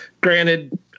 granted